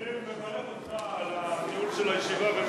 אני מברך אותך על הניהול של הישיבה ומתנצל בפניך.